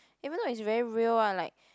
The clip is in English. even though it's very real lah like